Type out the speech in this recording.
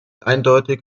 eindeutig